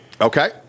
Okay